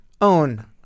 own